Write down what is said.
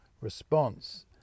response